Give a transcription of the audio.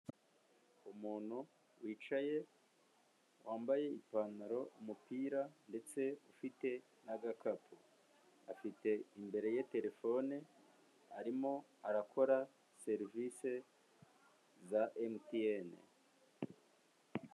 Umuntu wicaye wambaye ipantaro, umupira ndetse ufite n'agakapu, afite imbere ye telefone arimo arakora serivisi za MTN.